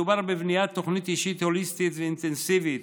מדובר בבניית תוכנית אישית, הוליסטית ואינטנסיבית,